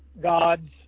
gods